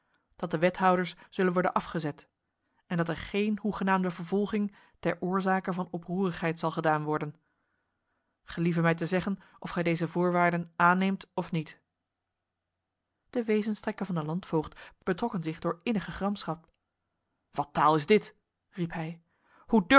dat de wethouders zullen worden afgezet en dat er geen hoegenaamde vervolging ter oorzake van oproerigheid zal gedaan worden gelieve mij te zeggen of gij deze voorwaarden aanneemt of niet de wezenstrekken van de landvoogd betrokken zich door innige gramschap wat taal is dit riep hij hoe